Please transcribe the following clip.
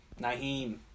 Naheem